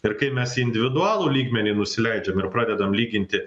ir kai mes į individualų lygmenį nusileidžiam ir pradedam lyginti